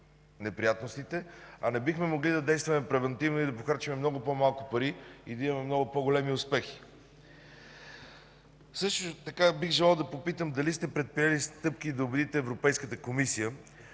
неприятностите, и не бихме ли могли да действаме превантивно и да похарчим много по-малко пари и да имаме много по-големи успехи? Също бих желал да попитам: дали сте предприели стъпки да убедите Европейската комисия